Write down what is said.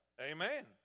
Amen